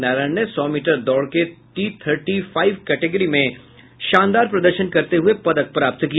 नारायण ने सौ मीटर दौड़ के टी थर्टी फाइव कैटेगरी में शानदार प्रदर्शन करते हुये पदक प्राप्त किया